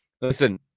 listen